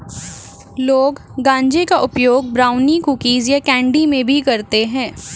लोग गांजे का उपयोग ब्राउनी, कुकीज़ या कैंडी में भी करते है